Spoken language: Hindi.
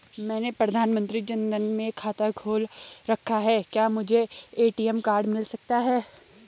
मैंने प्रधानमंत्री जन धन में खाता खोल रखा है क्या मुझे ए.टी.एम कार्ड मिल सकता है?